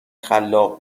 خلاق